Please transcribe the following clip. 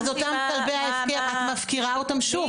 אז אותם כלבי ההפקר, את מפקירה אותם שוב.